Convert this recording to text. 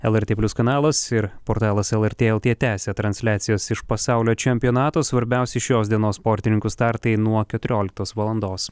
lrt plius kanalas ir portalas lrt lt tęsia transliacijos iš pasaulio čempionato svarbiausi šios dienos sportininkų startai nuo keturioliktos valandos